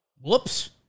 whoops